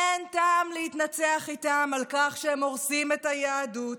אין טעם להתנצח איתם על כך שהם הורסים את היהדות,